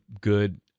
good